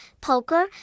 poker